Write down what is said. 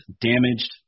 damaged